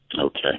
Okay